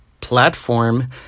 platform